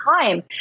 time